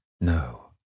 No